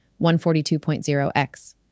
142.0x